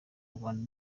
rwanda